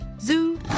Zoo